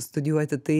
studijuoti tai